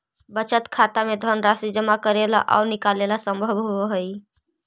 बचत खाता में धनराशि जमा करेला आउ निकालेला संभव होवऽ हइ